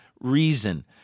reason